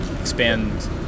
expand